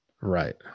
right